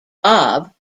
bob